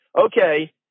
okay